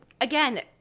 again